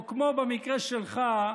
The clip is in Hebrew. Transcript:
או כמו במקרה שלך,